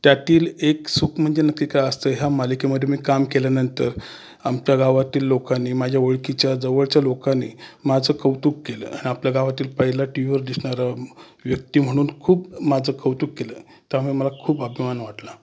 त्यातील एक सुख म्हणजे नक्की काय असतं ह्या मालिकेमध्ये मी काम केल्यानंतर आमच्या गावातील लोकांनी माझ्या ओळखीच्या जवळच्या लोकांनी माझं कौतुक केलं आपल्या गावातील पहिला टीवीवर दिसणारा व्यक्ती म्हणून खूप माझं कौतुक केलं त्यामुळे मला खूप अभिमान वाटला